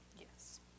Yes